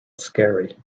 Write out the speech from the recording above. scary